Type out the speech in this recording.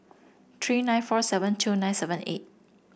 three nine four seven two nine seven eight